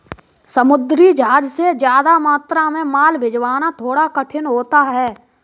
समुद्री जहाज से ज्यादा मात्रा में माल भिजवाना थोड़ा कठिन होता है